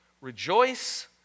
Rejoice